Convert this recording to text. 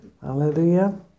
Hallelujah